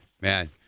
Man